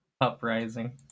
uprising